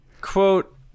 quote